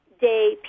day